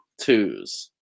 twos